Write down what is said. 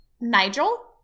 Nigel